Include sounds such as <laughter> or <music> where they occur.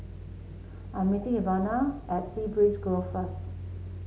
<noise> I am meeting Ivana at Sea Breeze Grove first